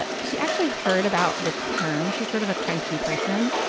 but she actually heard about the term she's sort of a crunchy person,